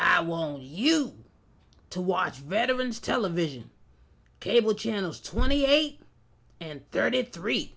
i want you to watch veterans television cable channels twenty eight and thirty